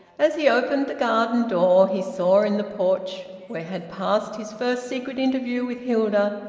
as he opened the garden door, he saw, in the porch where had passed his first secret interview with hilda,